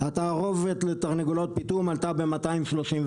התערובת לתרנגולות פיטום עלתה ב-232%.